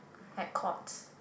at Courts